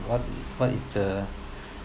what is what is the